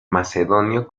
macedonio